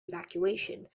evacuation